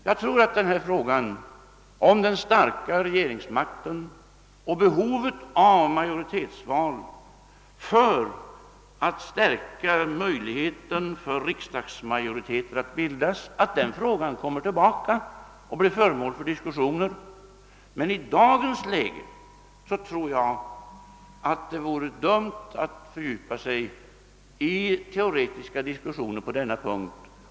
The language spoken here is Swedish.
Jag tror att frågan om den starka regeringsmakten och behovet av majoritetsval för att stärka möjligheten för riksdagsmajoriteter att bildas kommer tillbaka och blir föremål för diskussion. Men i dagens läge tror jag det vore dumt att fördjupa sig i teoretiska diskussioner på denna punkt.